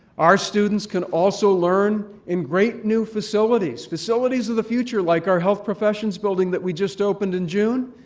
our students can also learn in great new facilities, facilities of the future like our health professions building that we just opened in june,